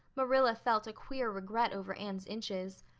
marilla felt a queer regret over anne's inches.